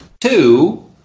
Two